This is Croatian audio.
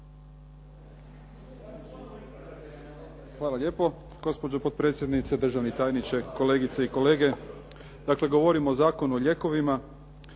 Hvala lijepo gospođo potpredsjednice, državni tajniče, kolegice i kolege. Dakle, govorimo o Zakonu o lijekovima.